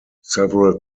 several